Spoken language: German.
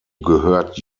gehört